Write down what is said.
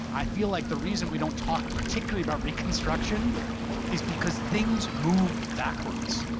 i feel like the reason we don't talk particularly about reconstruction is because things moved backwards.